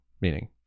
meaning